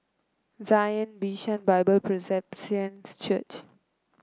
Zion Bishan Bible Presbyterian Church